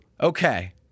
Okay